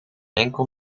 enkel